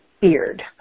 beard